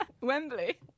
Wembley